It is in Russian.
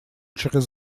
через